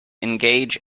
engage